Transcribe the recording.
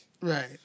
Right